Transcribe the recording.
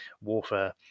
warfare